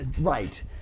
right